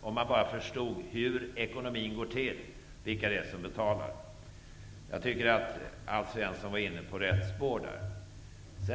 om man bara förstod hur ekonomin fungerar, vilka det är som betalar. Jag tycker att Alf Svensson var inne på rätt spår där.